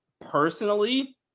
personally